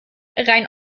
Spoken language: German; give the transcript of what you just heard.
rein